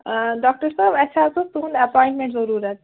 doctor صٲب اسی حظ اوس تُہُنٛد ایٚپۄینٹمنٹ ضرورت